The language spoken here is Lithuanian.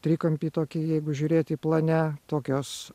trikampį tokį jeigu žiūrėti plane tokios